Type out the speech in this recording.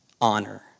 honor